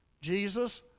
Jesus